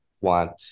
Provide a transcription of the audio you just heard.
want